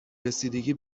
رسیدگی